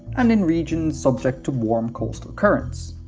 and in regions subject to warm coastal currents.